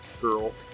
girl